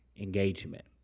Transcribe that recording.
engagement